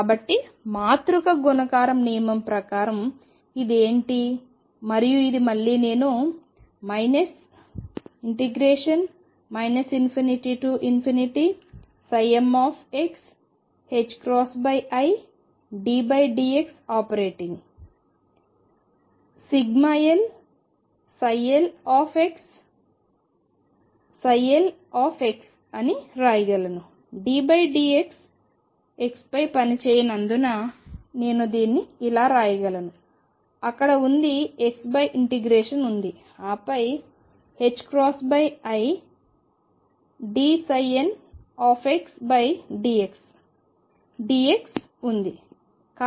కాబట్టి మాతృక గుణకారం నియమం ప్రకారం ఇది ఏమిటి మరియు ఇది మళ్లీ నేను ∞mxiddxఆపరేటింగ్ llxlx అని రాయగలను ddx xపై పని చేయనందున నేను దీన్ని ఇలారాయగలను అక్కడ ఉంది xపై ఇంటిగ్రేషన్ ఉంది ఆపై idnxdxdxఉంది